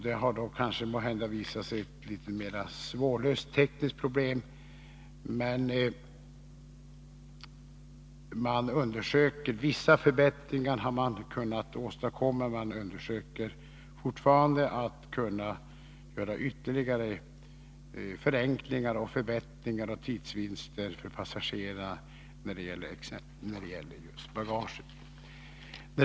Det har visat sig måhända vara ett litet mer svårlöst tekniskt problem. Vissa förbättringar har man kunnat åstadkomma, men man undersöker fortfarande möjligheten att göra ytterligare förbättringar, förenklingar och tidsvinster för passagerarna när det gäller bagaget.